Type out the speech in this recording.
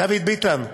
דוד ביטן,